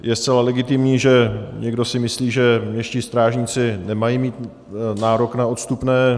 Je zcela legitimní, že někdo si myslí, že městští strážníci nemají mít nárok na odstupné.